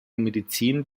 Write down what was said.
medizin